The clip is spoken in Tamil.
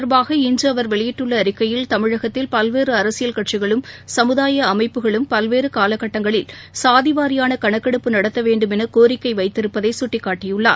தொடர்பாக இன்றுஅவர் வெளியிட்டுள்ளஅறிக்கையில் தமிழகத்தில் இது பல்வேறுஅரசியல் கட்சிகளும் சமுதாயஅமைப்புகளும் பல்வேறுகாலக்கட்டங்களில் சாதிவாரியானகணக்கெடுப்பு நடத்தவேண்டுமெனகோரிக்கைவைத்திருப்பதைசுட்டிக்காட்டியுள்ளார்